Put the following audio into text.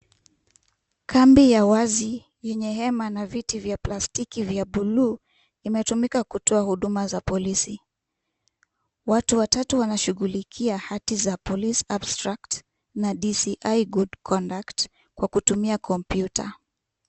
Kambi ya wazi yenye hema na viti vya plastiki vya buluu, jmetumika kutoa huduma za polisi. Watu watatu wanashughulikia hati za Police abstract na DCI Good Conduct, kwa kutumia kompyuta.